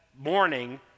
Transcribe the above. morning